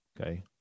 Okay